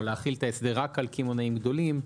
או להחיל את ההסדר רק על קמעונאים גדולים.